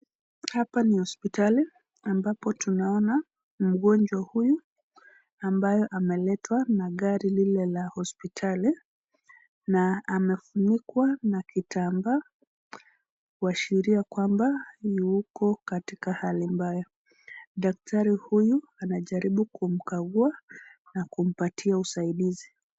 Hapa ni hospitali, ambapo tunaona mgonjwa huyu ambaye ameletwa na gari lile la hospitali na amefunikwa na kitambaa kuashiria yuko katika hali mbaya. Daktari huyu anajaribu kumkagua na kumpatia usaidizi.